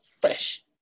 fresh